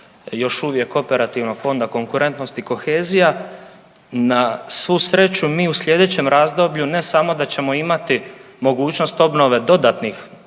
još uvijek operativnog fonda konkurentnosti i kohezija. Na svu sreću mi u slijedećem razdoblju ne samo da ćemo imati mogućnost obnove dodatnih